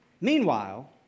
Meanwhile